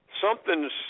something's